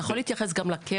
אתה יכול להתייחס גם לקרן?